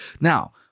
Now